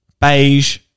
beige